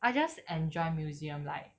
I just enjoy museum like